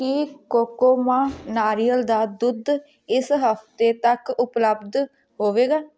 ਕੀ ਕੋਕੋ ਮਾ ਨਾਰੀਅਲ ਦਾ ਦੁੱਧ ਇਸ ਹਫ਼ਤੇ ਤੱਕ ਉਪਲਬਧ ਹੋਵੇਗਾ